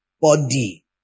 body